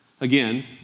again